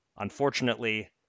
Unfortunately